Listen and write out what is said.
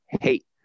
hate